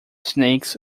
snakes